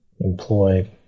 employed